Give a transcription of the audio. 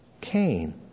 Cain